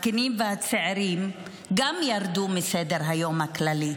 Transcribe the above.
הזקנים והצעירים גם ירדו מסדר-היום הכללי,